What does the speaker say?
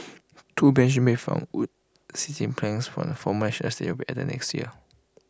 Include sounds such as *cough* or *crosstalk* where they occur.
two benches made from wood seating planks from the former *unintelligible* will be added next year